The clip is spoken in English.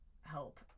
help